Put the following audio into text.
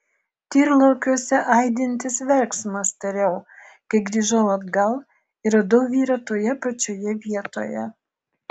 tyrlaukiuose aidintis verksmas tariau kai grįžau atgal ir radau vyrą toje pačioje vietoje